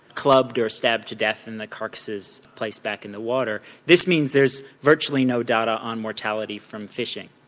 clubbed or stabbed to death and the carcasses placed back in the water. this means there's virtually no data on mortality from fishing.